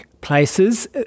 places